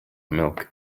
milk